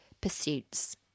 pursuits